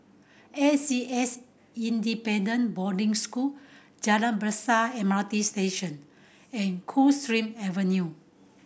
A C S Independent Boarding School Jalan Besar M R T Station and Coldstream Avenue